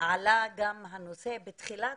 עלה גם הנושא בתחילת